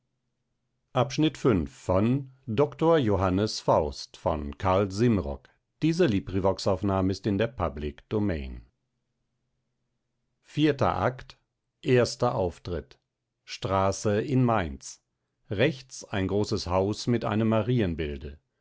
erster auftritt straße in mainz rechts ein großes haus mit einem